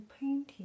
painting